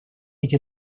эти